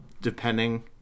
depending